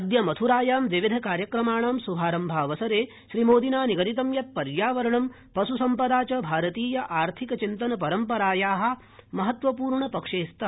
अद्य मथ्रायां विविध कार्यक्रमाणां श्भारम्भावसरे श्रीमोदिना निगिदतं यत् पर्यावरणं पश्सम्पदा च भारतीय आर्थिक चिन्तन परम्पराया महत्त्वपूर्णपक्षे स्त